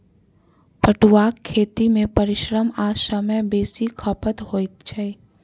पटुआक खेती मे परिश्रम आ समय बेसी खपत होइत छै